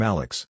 Alex